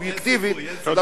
אז,